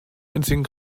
einzigen